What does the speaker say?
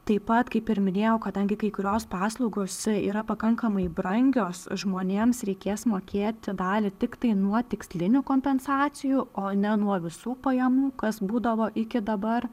taip pat kaip ir minėjau kadangi kai kurios paslaugos yra pakankamai brangios žmonėms reikės mokėti dalį tiktai nuo tikslinių kompensacijų o ne nuo visų pajamų kas būdavo iki dabar